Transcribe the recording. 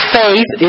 faith